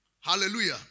Hallelujah